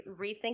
rethink